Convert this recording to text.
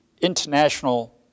International